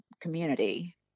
community